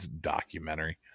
documentary